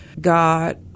God